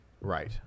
Right